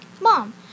Mom